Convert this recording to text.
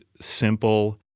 simple